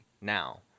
now